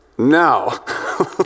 Now